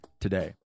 today